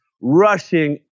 rushing